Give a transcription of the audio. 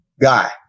guy